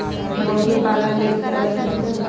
मुर्गी पालन ले कि करे के होतै?